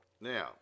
Now